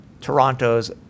Toronto's